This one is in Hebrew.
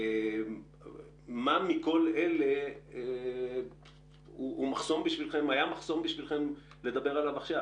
מה מכל אלה היה מחסום בשבילכם לדבר עליו עכשיו?